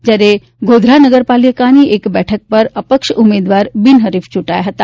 જ્યારે ગોધરા નગરપાલિકાની એક બેઠક પર અપક્ષ ઉમેદવાર બિનહરીફ ચૂંટાયા હતા